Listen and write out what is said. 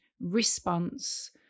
response